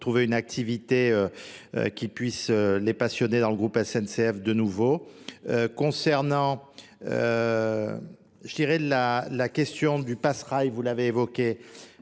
trouver une activité qui puisse les passionner dans le groupe SNCF de nouveau. Concernant la question du passeraille, vous l'avez évoqué,